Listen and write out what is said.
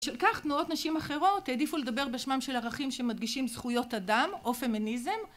של כך תנועות נשים אחרות העדיפו לדבר בשמם של ערכים שמדגישים זכויות אדם או פמיניזם